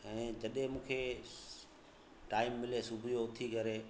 ऐं जॾहिं मूंखे टाइम मिले सुबुह जो उथी करे